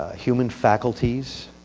human faculties,